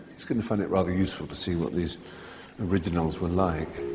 he's going to find it rather useful to see what these originals were like.